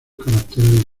caracteres